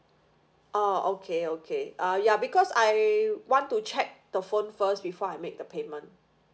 oh okay okay uh ya because I want to check the phone first before I make the payment